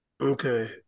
Okay